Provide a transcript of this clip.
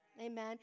Amen